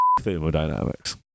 Thermodynamics